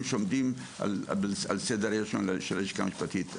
שעומדים על סדר-היום של הלשכה המשפטית.